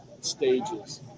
stages